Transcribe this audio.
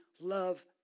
love